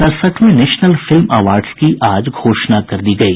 सड़सठवें national film awards की आज घोषणा कर दी गयी